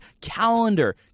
calendar